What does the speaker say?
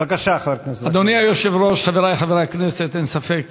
בבקשה, חבר הכנסת